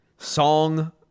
Song